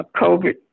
COVID